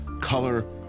color